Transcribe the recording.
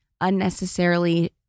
unnecessarily